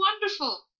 wonderful